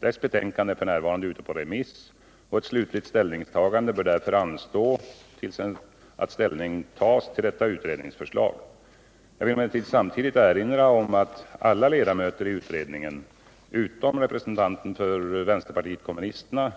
Dess betänkande är f. n. ute på remiss, och ett slutligt ställningstagande bör därför anstå tills ställning tas till detta utredningsförslag. Jag vill emellertid samtidigt erinra om att alla ledamöter i utredningen utom representanten för vänsterpartiet kommunisterna